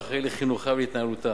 ואחראי לחינוכה ולהתנהלותה.